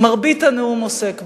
מרבית הנאום עוסק בזה.